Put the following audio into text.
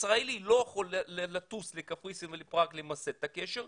ישראלי לא יכול לטוס לקפריסין או לפראג למסד את הקשר,